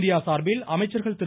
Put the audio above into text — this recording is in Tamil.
இந்தியா சார்பில் அமைச்சர்கள் திரு